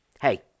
hey